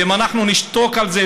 ואם אנחנו נשתוק על זה,